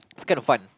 it's kind of fun